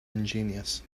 ingenious